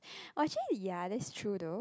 actually ya that is true though